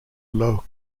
lough